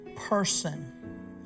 person